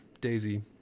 Daisy